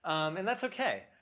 and that's okay.